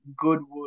Goodwood